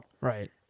Right